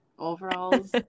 overalls